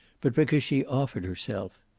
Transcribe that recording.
but because she offered herself.